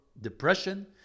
Depression